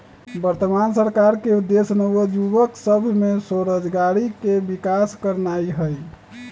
वर्तमान सरकार के उद्देश्य नओ जुबक सभ में स्वरोजगारी के विकास करनाई हई